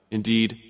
Indeed